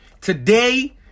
Today